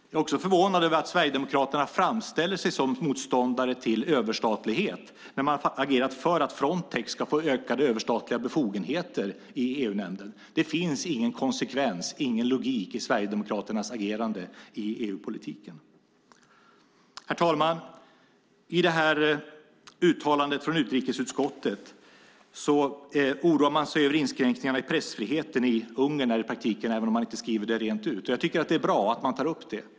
Jag är också förvånad över att Sverigedemokraterna framställer sig som motståndare till överstatlighet när man i EU-nämnden har agerat för att Frontex ska få ökade befogenheter. Det finns ingen konsekvens och logik i Sverigedemokraternas agerande i EU-politiken. Herr talman! I uttalandet från utrikesutskottet oroar man sig över inskränkningarna i pressfriheten i Ungern i praktiken, även om man inte skriver det rent ut. Jag tycker att det är bra att man tar upp det.